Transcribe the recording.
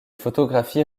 photographies